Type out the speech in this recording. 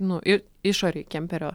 nu ir išorėj kemperio